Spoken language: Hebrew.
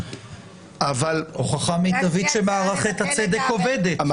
אבל --- הוכחה מיטבית שמערכת הצדק עובדת,